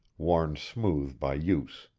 worn smooth by use.